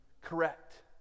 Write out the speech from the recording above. correct